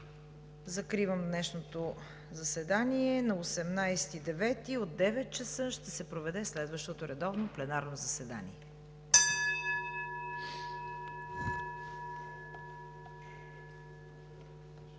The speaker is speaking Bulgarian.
Закривам днешното заседание. На 18 септември от 9,00 ч. ще се проведе следващото редовно пленарно заседание.